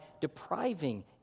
depriving